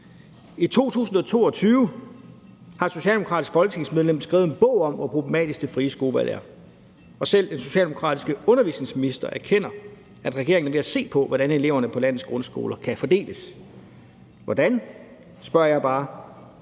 I 2022 har et socialdemokratisk folketingsmedlem skrevet en bog om, hvor problematisk det frie skolevalg er, og selv den socialdemokratiske undervisningsminister erkender, at regeringen er ved at se på, hvordan eleverne på landets grundskoler kan fordeles. Hvordan? spørger jeg bare.